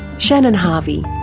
shannon harvey.